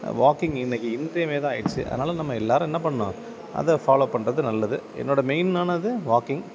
walking இன்றைக்கி இன்றியமையாதாக ஆகிருச்சி அதனால நம்ம எல்லோரும் என்ன பண்ணும் அதை ஃபாலோவ் பண்ணுறது நல்லது என்னோட மெயினானது வாக்கிங்